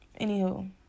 Anywho